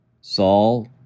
Saul